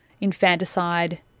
infanticide